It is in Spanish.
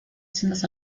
sendas